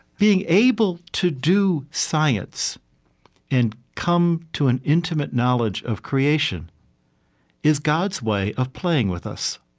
being able to do science and come to an intimate knowledge of creation is god's way of playing with us.